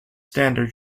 standard